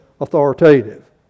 authoritative